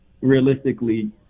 realistically